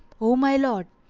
o my lord,